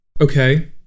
Okay